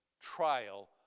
trial